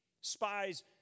spies